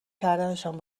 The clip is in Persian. کردنشان